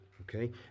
okay